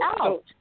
out